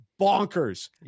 bonkers